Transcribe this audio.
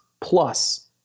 plus